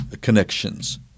connections